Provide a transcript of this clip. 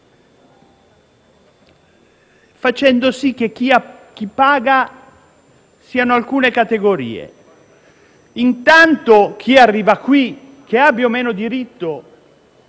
fate sì che chi paga siano alcune categorie. Innanzitutto, chi arriva qui - che abbia o meno diritto